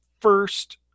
first